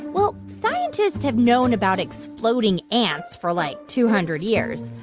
well, scientists have known about exploding ants for, like, two hundred years.